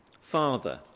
Father